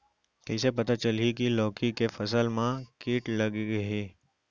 कइसे पता चलही की लौकी के फसल मा किट लग गे हे?